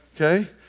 okay